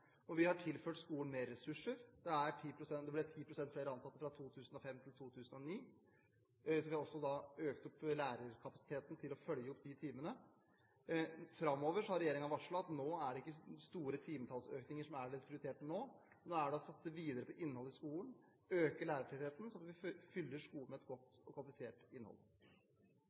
Vi har tilført skolen mer ressurser. Det ble 10 pst. flere ansatte fra 2005 til 2009. Vi har også økt lærerkapasiteten for å følge opp de timene. Regjeringen har varslet at nå framover er det ikke store timetallsøkninger som er deres prioritet, men nå er det å satse videre på innholdet i skolen, øke lærertettheten sånn at vi fyller skolen med et godt og kvalifisert innhold.